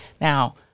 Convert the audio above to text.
Now